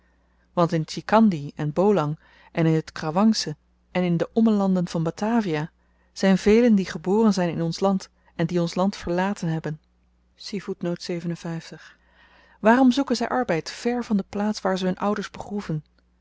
want in tjikandi en bolang en in het krawangsche en in de ommelanden van batavia zyn velen die geboren zyn in ons land en die ons land verlaten hebben waarom zoeken zy arbeid ver van de plaats waar ze hun ouders begroeven